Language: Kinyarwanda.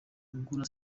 ugura